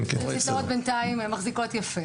האוניברסיטאות בינתיים מחזיקות יפה.